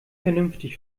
vernünftig